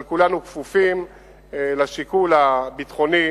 אבל כולנו כפופים לשיקול הביטחוני